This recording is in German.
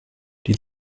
die